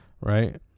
right